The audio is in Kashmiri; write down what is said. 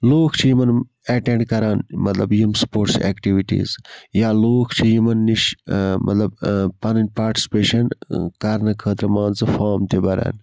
لوٗکھ چھِ یِمَن ایٚٹنڈ کَران مَطلَب یِم سپوٹس ایٚکٹِوِٹیٖز یا لوٗکھ چھِ یِمَن نِش مَطلَب پَنن پاٹسِپیشَن کَرنہٕ خٲطرٕ مان ژٕ فام تہِ بَران